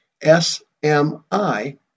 SMI